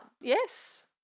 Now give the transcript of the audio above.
yes